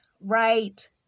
right